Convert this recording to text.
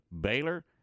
Baylor